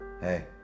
hey